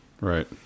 right